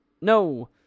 no